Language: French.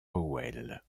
powell